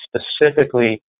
specifically